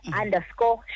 underscore